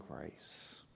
grace